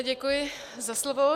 Děkuji za slovo.